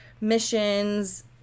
missions